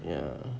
ya